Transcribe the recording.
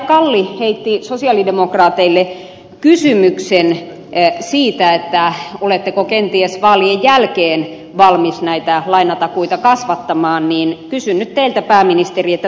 kalli heitti sosialidemokraateille kysymyksen siitä ovatko he kenties vaalien jälkeen valmiita näitä lainatakuita kasvattamaan niin kysyn nyt teiltä pääministeri